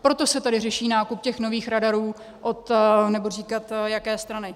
Proto se tady řeší nákup těch nových radarů od nebudu říkat jaké strany.